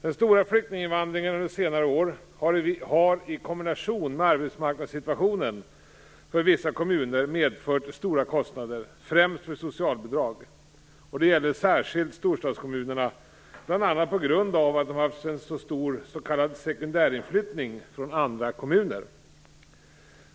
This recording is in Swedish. Den stora flyktinginvandringen under senare år har i kombination med arbetsmarknadssituationen för vissa kommuner medfört stora kostnader, främst för socialbidrag. Det gäller särskilt storstadskommunerna, bl.a. på grund av att de haft en stor s.k. sekundärflyttning från andra kommuner.